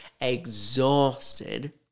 exhausted